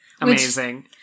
Amazing